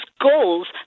goals